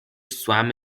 swam